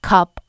Cup